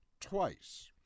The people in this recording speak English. twice